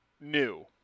new